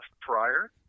prior